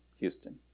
Houston